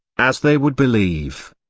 as they would believe.